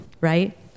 right